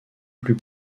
plus